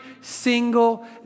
single